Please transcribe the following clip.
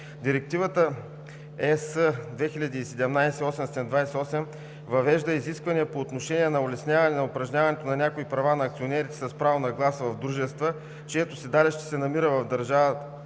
Директива (ЕС) 2017/828 въвежда изисквания по отношение на улесняване упражняването на някои права на акционерите с право на глас в дружества, чието седалище се намира в държава